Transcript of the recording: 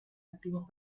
activos